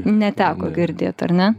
neteko girdėt ar ne